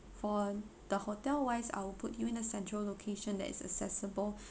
for the hotel wise I will put you in a central location that is accessible